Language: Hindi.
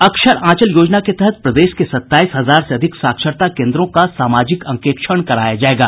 अक्षर आंचल योजना के तहत प्रदेश के सत्ताईस हजार से अधिक साक्षरता केन्द्रों का सामाजिक अंकेक्षण कराया जायेगा